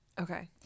Okay